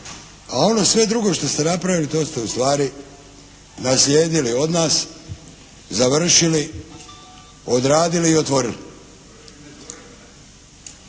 a ono sve drugo što ste napravili to ste ustvari naslijedili od nas, završili, odradili i otvorili.